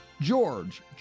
George